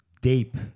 deep